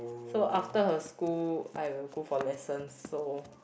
so after her school I will go for lessons so